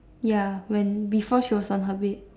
ya when before she was on her bed